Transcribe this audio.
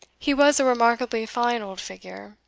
he was a remarkably fine old figure,